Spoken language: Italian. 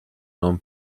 non